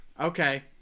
Okay